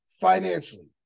financially